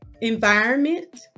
environment